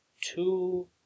two